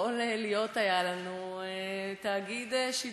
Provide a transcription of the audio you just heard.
יכול היה להיות לנו תאגיד שידור.